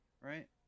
Right